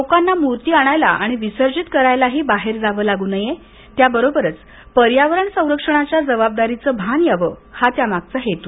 लोकांना मूर्ती आणायला आणि विसर्जित करायलाही बाहेर जावं लागू नये त्या बरोबरच पर्यावरण संरक्षणाच्या जबाबदारीचं भान यावं हा त्या मागचा हेतू